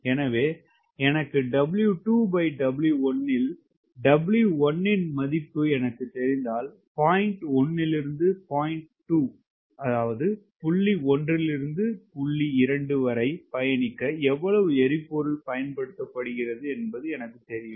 எனவே எனக்கு W2 W1 இல் W1 இன் மதிப்பு எனக்குத் தெரிந்தால் point 1 இல் இருந்து point 2 வரை பயணிக்க எவ்வளவு எரிபொருள் பயன்படுத்தப்படுகிறது என்பது எனக்குத் தெரியும்